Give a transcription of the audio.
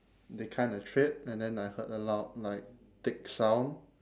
they kind of tripped and then I heard a loud like tick sound